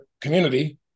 community